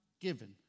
given